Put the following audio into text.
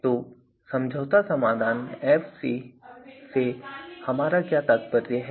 तो समझौता समाधान Fc से हमारा क्या तात्पर्य है